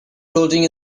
floating